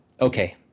okay